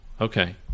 Okay